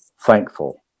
thankful